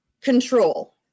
control